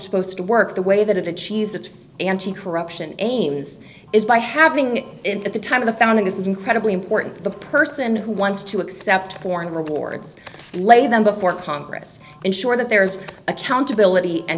supposed to work the way that of achieves its anticorruption aims is by having it at the time of the founding this is incredibly important the person who wants to accept foreign reports and lay them before congress ensure that there's accountability and